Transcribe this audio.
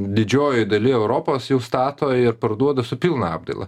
didžiojoj daly europos jau stato ir parduoda su pilna apdaila